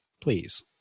please